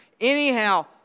Anyhow